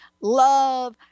love